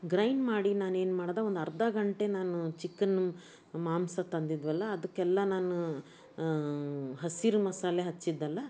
grind ಮಾಡಿ ನಾನೇನು ಮಾಡ್ದೆ ಒಂದು ಅರ್ಧ ಗಂಟೆ ನಾನು ಚಿಕನ್ನು ಮಾಂಸ ತಂದಿದ್ವಲ್ಲ ಅದಕ್ಕೆಲ್ಲ ನಾನು ಹಸಿರು ಮಸಾಲೆ ಹಚ್ಚಿದೆನಲ್ಲ